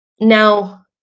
Now